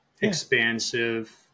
expansive